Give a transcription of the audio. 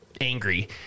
angry